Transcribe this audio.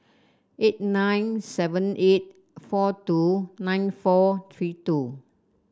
eight nine seven eight four two nine four three two